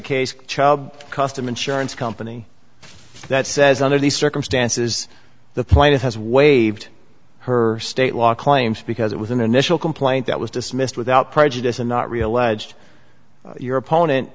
case child custom insurance company that says under these circumstances the planet has waived her state law claims because it was an initial complaint that was dismissed without prejudice and not realized your opponent